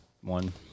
one